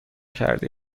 کرده